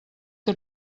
que